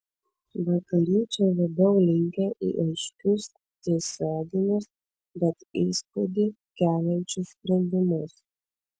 vakariečiai labiau linkę į aiškius tiesioginius bet įspūdį keliančius sprendimus